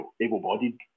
able-bodied